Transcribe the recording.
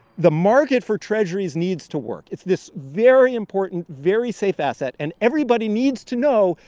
the market for treasurys needs to work. it's this very important very, safe asset. and everybody needs to know,